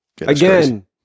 again